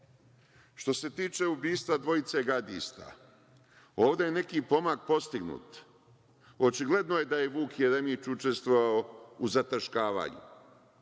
se tiče ubistva dvojice gardista, ovde je neki pomak postignut. Očigledno je da je Vuk Jeremić učestvovao u zataškavanju,